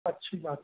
अच्छी बात है